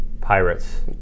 Pirates